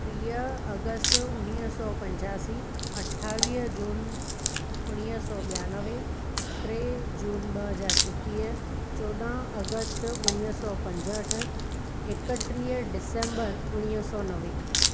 टीह अगस्त उणिवीह सौ पंजासी अठावीह जून उणिवीह सौ ॿियानवे टे जून ॿ हज़ार एकवीह चोॾहं अगस्त उणिवीह सौ पंजहठि एकटीह ॾिसेम्बर उणिवीह सौ नवे